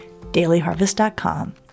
dailyharvest.com